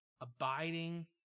abiding